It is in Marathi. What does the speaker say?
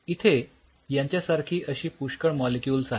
इथे यांच्यासारखी अशी पुष्कळ मॉलिक्युल्स आहेत